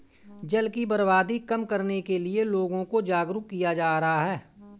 जल की बर्बादी कम करने के लिए लोगों को जागरुक किया जा रहा है